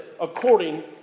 according